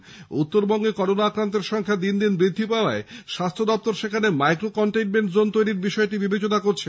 এদিকে উত্তরবঙ্গে করোনা আক্রান্তের সংখ্যা দিন দিন বৃদ্ধি পাওয়ায় স্বাস্থ্য দপ্তর মাইক্রো কনটেইনমেন্ট জোন তৈরির বিষয়টি বিবেচনা করছে